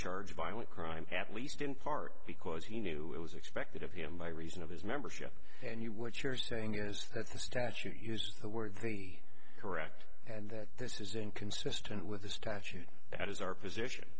charge of violent crime at least in part because he knew it was expected of him by reason of his membership and you what you're saying is that the statute used the word the correct and that this is inconsistent with the statute that is our position